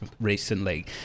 recently